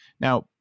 Now